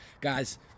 Guys